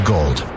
Gold